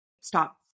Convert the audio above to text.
stop